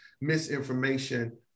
misinformation